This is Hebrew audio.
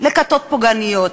לכתות פוגעניות.